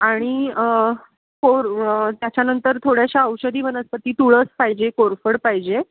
आणि कोर त्याच्यानंतर थोड्याशा औषधी वनस्पती तुळस पाहिजे कोरफड पाहिजे